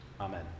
Amen